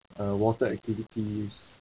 uh water activities